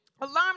Alarm